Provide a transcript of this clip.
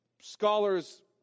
scholars